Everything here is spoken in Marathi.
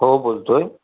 हो बोलतो आहे